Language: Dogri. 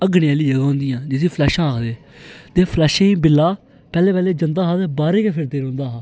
हग्गने आहली जगह होंदियां जिसी फलैश आखदे ते फलैश गी बिल्ला पैहलें पैहलें जंदा हा ते बाहरे गी फिरी औंदा हा